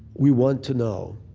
we want to know.